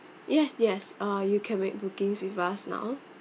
yes yes uh you can make bookings with us now